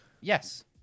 Yes